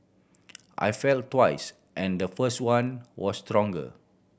I felt twice and the first one was stronger